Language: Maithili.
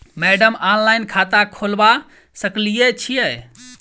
मैडम ऑनलाइन खाता खोलबा सकलिये छीयै?